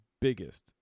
biggest